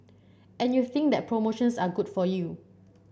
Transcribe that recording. and you think that promotions are good for you